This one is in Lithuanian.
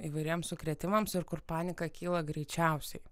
įvairiems sukrėtimams ir kur panika kyla greičiausiai